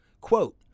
Quote